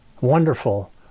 wonderful